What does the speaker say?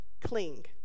cling